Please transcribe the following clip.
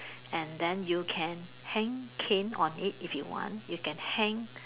and then you can hang cane on it if you want you can hang